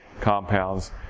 compounds